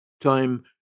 Time